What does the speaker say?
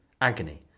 agony